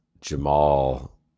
Jamal